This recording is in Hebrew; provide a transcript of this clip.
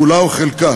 כולה או חלקה,